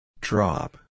Drop